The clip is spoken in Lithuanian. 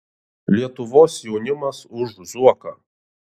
lietuvos jaunimas už zuoką